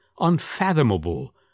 unfathomable